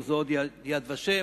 מוזיאון "יד ושם",